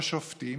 או שופטים,